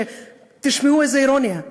תשמעו איזו אירוניה,